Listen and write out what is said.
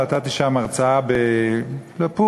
נתתי שם הרצאה לפורים,